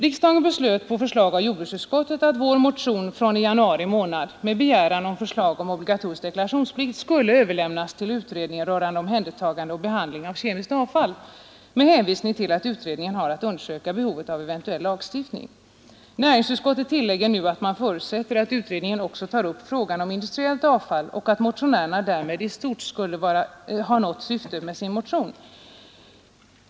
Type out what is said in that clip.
Riksdagen beslöt på förslag av jordbruksutskottet att vår motion från januari månad med begäran om förslag om obligatorisk deklaration skulle överlämnas till utredningen rörande omhändertagande och behandling av kemiskt avfall med hänvisning till att utredningen har att undersöka det eventuella behovet av lagstiftning. Näringsutskottet tillägger nu att man förutsätter att utredningen också tar upp frågan om industriellt avfall och att motionärerna därmed i stort skulle ha nått syftet med sin motion.